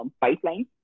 pipeline